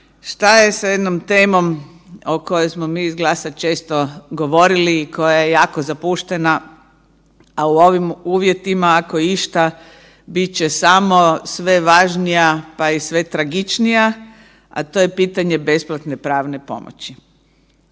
što je sa jednom temom o kojoj smo mi iz GLAS-a često govorili i koja je jako zapuštena, a u ovim uvjetima, ako išta, bit će samo sve važnija, pa i sve tragičnija, a to je pitanje besplatne pravne pomoći.